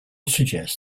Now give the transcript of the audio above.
suggest